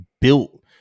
built